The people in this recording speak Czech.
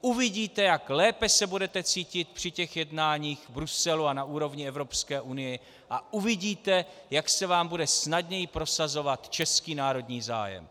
Uvidíte, jak lépe se budete cítit při těch jednáních v Bruselu a na úrovni Evropské unie, a uvidíte, jak se vám bude snadněji prosazovat český národní zájem.